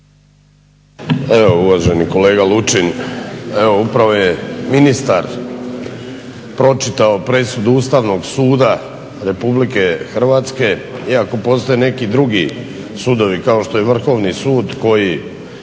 Evo uvaženi kolega Lučin, evo upravo je ministar pročitao presudu Ustavnog suda Republike Hrvatske iako postoje neki drugi sudovi kao što je Vrhovni sud koji